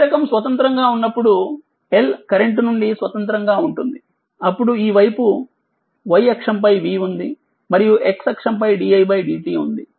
ప్రేరకం స్వతంత్రంగా ఉన్నప్పుడుL కరెంట్ నుండి స్వతంత్రంగా ఉంటుందిఅప్పుడు ఈ వైపుy అక్షం పై v ఉంది మరియు x అక్షం పైdidtఉంది